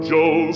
Joe